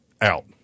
Out